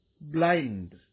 blind